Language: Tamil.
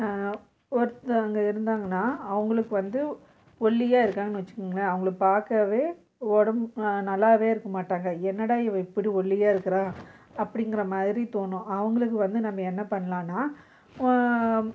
ஒருத்தங்க இருந்தாங்கனால் அவங்களுக்கு வந்து ஒல்லியாக இருக்காங்கனு வச்சுக்கோங்களேன் அவங்களப் பார்க்கவே உடம்பு நல்லாவே இருக்கமாட்டாங்க என்னடா இவன் இப்படி ஒல்லியாக இருக்கிறான் அப்படிங்கிற மாதிரி தோணும் அவங்களுக்கு வந்து நம்ம என்ன பண்ணலான்னா